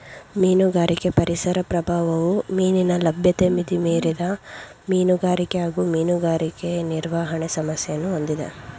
ಮೀನುಗಾರಿಕೆ ಪರಿಸರ ಪ್ರಭಾವವು ಮೀನಿನ ಲಭ್ಯತೆ ಮಿತಿಮೀರಿದ ಮೀನುಗಾರಿಕೆ ಹಾಗೂ ಮೀನುಗಾರಿಕೆ ನಿರ್ವಹಣೆ ಸಮಸ್ಯೆಯನ್ನು ಹೊಂದಿದೆ